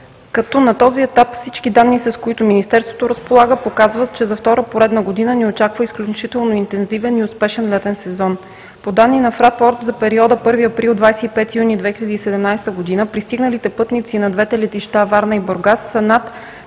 като на този етап всички данни, с които Министерството разполага, показват, че за втора поредна година ни очаква изключително интензивен и успешен летен сезон. По данни на „Фрапорт“ за периода 1 април – 25 юни 2017 г. пристигналите пътници на двете летища Варна и Бургас са над